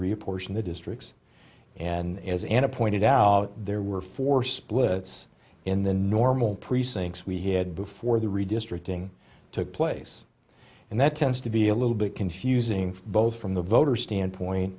reapportion the districts and as and a pointed out there were four splits in the normal precincts we had before the redistricting took place and that tends to be a little bit confusing both from the voter standpoint